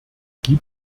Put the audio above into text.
gibt